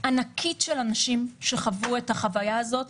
ענקית של אנשים שחוו את החוויה הזאת,